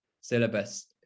syllabus